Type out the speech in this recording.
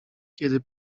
kiedy